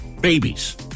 babies